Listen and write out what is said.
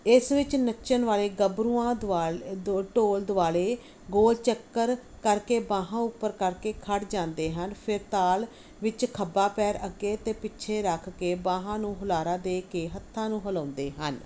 ਇਸ ਵਿੱਚ ਨੱਚਣ ਵਾਲੇ ਗੱਭਰੂਆਂ ਢੋਲ ਦੁਆਲੇ ਗੋਲ ਚੱਕਰ ਕਰਕੇ ਬਾਹਾਂ ਉੱਪਰ ਕਰਕੇ ਖੜ੍ਹ ਜਾਂਦੇ ਹਨ ਫਿਰ ਤਾਲ ਵਿੱਚ ਖੱਬਾ ਪੈਰ ਅੱਗੇ ਅਤੇ ਪਿੱਛੇ ਰੱਖ ਕੇ ਬਾਹਾਂ ਨੂੰ ਹੁਲਾਰਾ ਦੇ ਕੇ ਹੱਥਾਂ ਨੂੰ ਹਿਲਾਉਂਦੇ ਹਨ